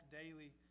daily